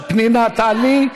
פנינה, תעלי.